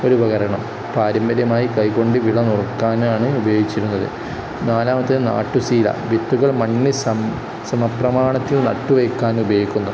ഒരു ഉപകരണം പാരമ്പര്യമായി കൈകൊണ്ട് വിള നുറുക്കാനാണ് ഉപയോഗിച്ചിരുന്നത് നാലാമത്തെ നാട്ടുശീല വിത്തുകൾ മണ്ണിൽ സമപ്രമാണത്തിൽ നട്ടുവെയ്ക്കാൻ ഉപയോഗിക്കുന്നു